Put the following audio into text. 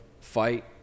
fight